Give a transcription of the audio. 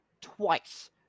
Twice